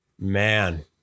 Man